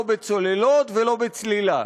לא בצוללות ולא בצלילה?